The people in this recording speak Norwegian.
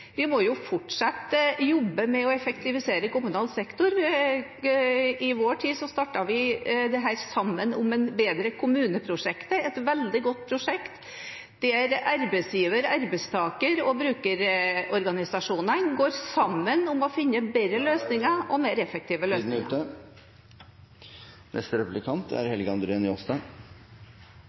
Vi må fortsatt jobbe med å effektivisere kommunal sektor. I vår tid startet vi «Sammen om en bedre kommune»-prosjektet, et veldig godt prosjekt, der arbeidsgiver-, arbeidstaker- og brukerorganisasjonene går sammen om å finne bedre og mer effektive løsninger. Eg merka meg med glede at Senterpartiet applauderte einigheita knytt til ferjeavløysingsmidlar. At det er